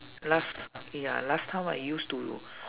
last ya last time I used to